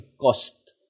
cost